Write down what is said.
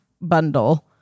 bundle